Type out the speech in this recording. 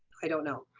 i don't know.